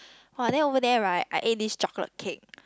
!wah! then over there right I ate this chocolate cake